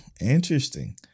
Interesting